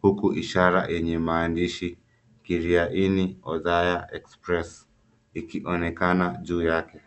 huku ishara yenye maandishi cs[ Kiria-Ini, Othaya Express]cs ikionekana juu yake.